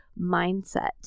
mindset